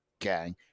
gang